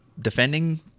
defending